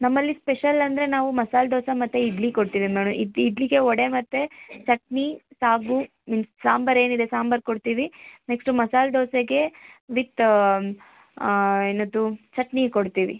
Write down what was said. ನಮ್ಮಲ್ಲಿ ಸ್ಪೆಷಲ್ ಅಂದರೆ ನಾವು ಮಸಾಲೆ ದೋಸೆ ಮತ್ತು ಇಡ್ಲಿ ಕೊಡ್ತೀವಿ ನೋಡಿ ಇಡ್ಲಿಗೆ ವಡೆ ಮತ್ತು ಚಟ್ನಿ ಸಾಗು ಸಾಂಬಾರೇನಿದೆ ಸಾಂಬಾರು ಕೊಡ್ತೀವಿ ನೆಕ್ಸ್ಟು ಮಸಾಲೆ ದೋಸೆಗೆ ವಿಥ್ ಏನದು ಚಟ್ನಿ ಕೊಡ್ತೀವಿ